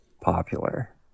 popular